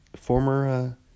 Former